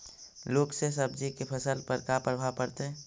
लुक से सब्जी के फसल पर का परभाव पड़तै?